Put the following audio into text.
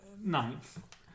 Ninth